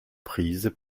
prises